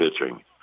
pitching